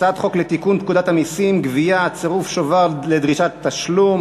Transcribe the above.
הצעת חוק לתיקון פקודת המסים (גבייה) (צירוף שובר לדרישת תשלום),